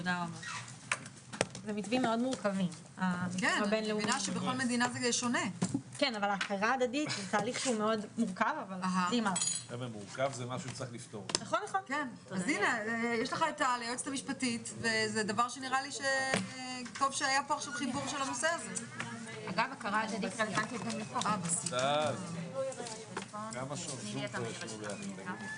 הישיבה ננעלה בשעה 11:05.